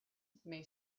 may